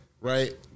right